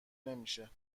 نمیشه